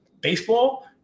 baseball